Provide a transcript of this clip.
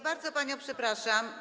Bardzo panią przepraszam.